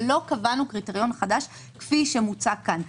אבל לא קבענו קריטריון חדש כפי שמוצע כאן.